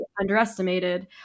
underestimated